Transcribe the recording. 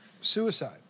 suicide